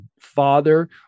father